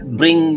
bring